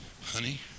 honey